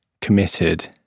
committed